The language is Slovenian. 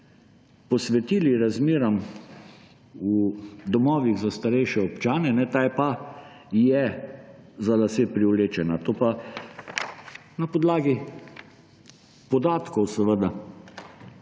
posvetili razmeram v domovih za starejše občane, ta trditev pa je za lase privlečena. Na podlagi podatkov seveda,